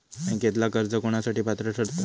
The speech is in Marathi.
बँकेतला कर्ज कोणासाठी पात्र ठरता?